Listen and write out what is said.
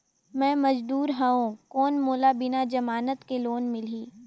मे मजदूर हवं कौन मोला बिना जमानत के लोन मिलही?